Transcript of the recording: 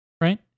right